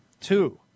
Two